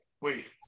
Wait